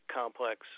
complex